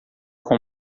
com